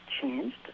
changed